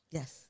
Yes